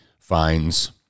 finds